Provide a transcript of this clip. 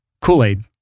kool-aid